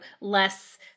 less